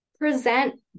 present